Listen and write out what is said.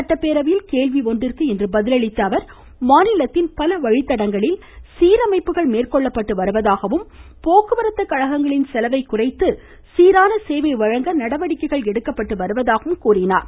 சட்டப்பேரவையில் கேள்வி ஒன்றிற்கு பதிலளித்த அவர் மாநிலத்தின் பல வழித்தடங்களில் சீரமைப்புகள் மேற்கொள்ளப்பட்டு வருவதாகவும் போக்குவரத்து கழகங்களின் செலவைக் குறைத்து சீரான சேவை வழங்குவதற்கு நடவடிக்கை எடுக்கப்பட்டு வருவதாகவும் தெரிவித்தார்